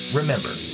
remember